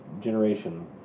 generation